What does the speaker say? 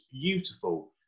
beautiful